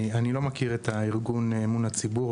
אני לא מכיר את הארגון אמון הציבור,